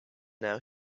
now